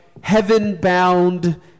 heaven-bound